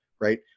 right